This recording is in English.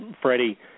Freddie